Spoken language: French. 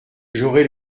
j’aurai